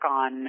on